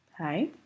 Hi